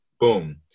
Boom